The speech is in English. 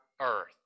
earth